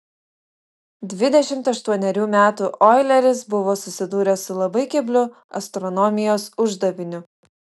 dvidešimt aštuonerių metų oileris buvo susidūręs su labai kebliu astronomijos uždaviniu